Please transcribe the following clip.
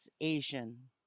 Asian